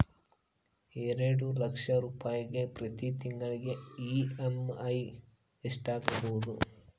ಎರಡು ಲಕ್ಷ ರೂಪಾಯಿಗೆ ಪ್ರತಿ ತಿಂಗಳಿಗೆ ಇ.ಎಮ್.ಐ ಎಷ್ಟಾಗಬಹುದು?